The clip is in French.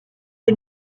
est